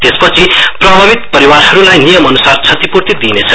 त्यसपछि प्रभाभित परिवारहरूलाई नियम अनुसार क्षतिपूर्ति दिइनेछ